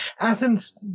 Athens